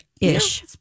ish